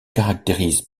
caractérise